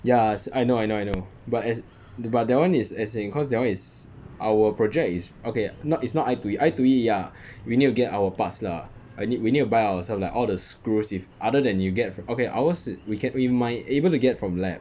ya I know I know I know but as~ the but that one is as in cause that one is our project is okay not is not I two E I two E ya we need to get our parts lah I need we need to buy ourselves like all the screws if other than you get fro~ okay ours we ca~ we might be able to get from lab